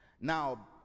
now